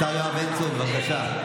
השר יואב בן צור, בבקשה.